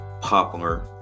popular